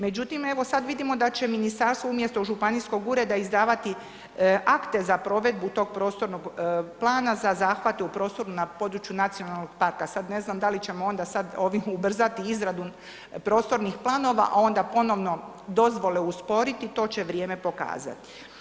Međutim, evo sad vidimo da će ministarstvo umjesto županijskog ureda izdavati akte za provedbu tog prostornog plana za zahvate u prostoru na području nacionalnog parka, sad ne znam da li ćemo onda sad ovim ubrzati izradu prostornih planova, a onda ponovno dozvole usporiti, to će vrijeme pokazati.